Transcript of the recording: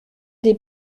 des